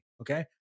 Okay